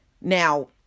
Now